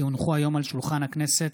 כי הונחה היום על שולחן הכנסת,